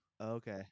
Okay